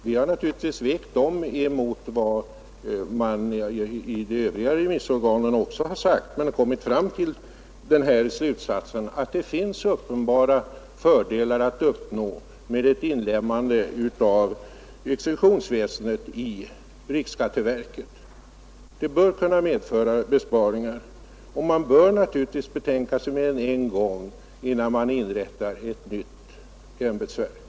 Vi har naturligtvis vägt dem emot vad de övriga remissorganen har sagt och kommit fram till den slutsatsen att det finns uppenbara fördelar att uppnå med ett inlemmande av exekutionsväsendet i riksskatteverket. Det bör kunna medföra besparingar och man bör naturligtvis betänka sig mer än en gång innan man inrättar ett nytt ämbetsverk.